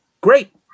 Great